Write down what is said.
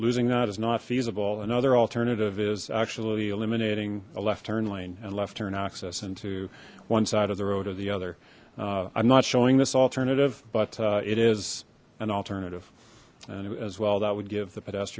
losing that is not feasible another alternative is actually eliminating a left turn lane and left turn access into one side of the road of the other i'm not showing this alternative but it is an alternative as well that would give the p